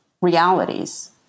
realities